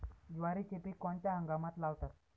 ज्वारीचे पीक कोणत्या हंगामात लावतात?